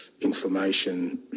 information